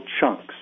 chunks